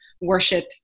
worship